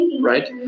right